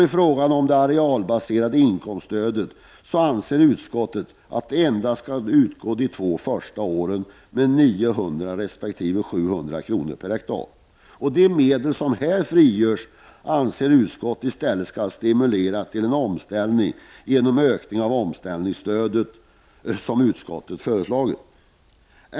I fråga om det arealbaserade inkomststödet anser utskottet att detta endast skall utgå under de första två åren och då med 900 resp. 700 kr. per hektar. De medel som här frigörs anser utskottet i stället skall användas för att stimulera till en omställning — genom den ökning av omställningsstödet som utskottet har föreslagit.